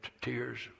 tears